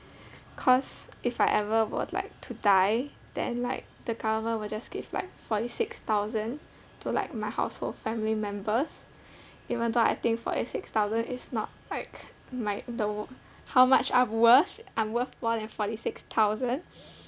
cause if I ever were like to die then like the government will just give like forty six thousand to like my household family members even though I think forty six thousand is not like like the w~ how much I'm worth I'm worth more than forty six thousand